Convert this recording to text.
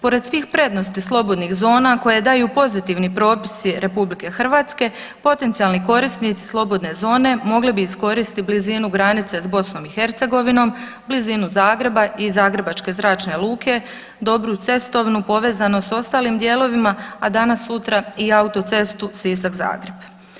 Pored svih prednosti slobodnih zona koje daju pozitivni propisi RH, potencijalni korisnici slobodne zone mogli bi iskoristiti blizinu granice s BiH, blizinu Zagreba i Zagrebačke zračne luke, dobru cestovnu povezanost s ostalim dijelovima, a danas-sutra i autocestu Sisak-Zagreb.